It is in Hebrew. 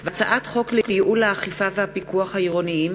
הצעת חוק לייעול האכיפה והפיקוח העירוניים